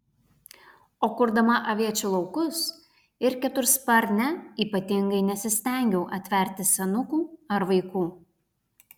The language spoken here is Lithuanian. o kurdama aviečių laukus ir ketursparnę ypatingai nesistengiau atverti senukų ar vaikų